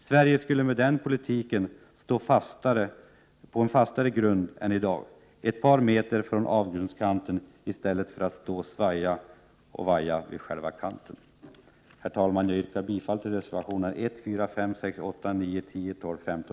Sverige skulle med denna politik stå på en fastare grund, ett par meter från avgrundskanten i stället för att som i dag stå och vaja vid själva kanten.